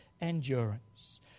endurance